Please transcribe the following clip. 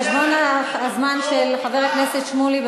זה על חשבון הזמן של חבר הכנסת שמולי,